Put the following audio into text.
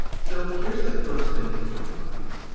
so here's the first thing to keep in mind